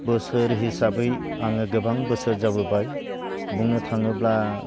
बोसोर हिसाबै आङो गोबां बोसोर जाबोबाय बुंनो थाङोब्ला